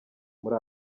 muri